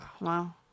Wow